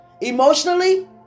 emotionally